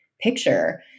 picture